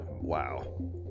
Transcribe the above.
wow